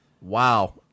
Wow